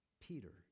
Peter